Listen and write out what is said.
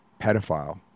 pedophile